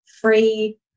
free